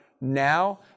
now